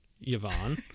Yvonne